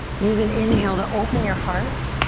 use an inhale to open your heart